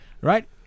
Right